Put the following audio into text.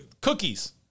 cookies